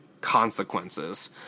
consequences